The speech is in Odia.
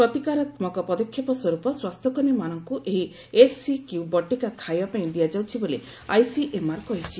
ପ୍ରତିକାରାତ୍ମକ ପଦକ୍ଷେପ ସ୍ୱର୍ପ ସ୍ୱାସ୍ଥ୍ୟକର୍ମୀମାନଙ୍କୁ ଏହି ଏଚ୍ସିକ୍ୟୁ ବଟିକା ଖାଇବା ପାଇଁ ଦିଆଯାଉଛି ବୋଲି ଆଇସିଏମ୍ଆର କହିଛି